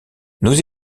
nous